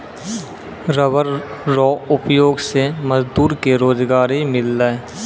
rubber रो उपयोग से मजदूर के रोजगारी मिललै